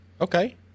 Okay